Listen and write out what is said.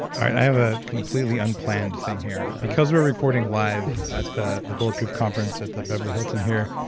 i have a completely unplanned thing here. because we're recording live at the the bulletproof conference at the beverly hilton here,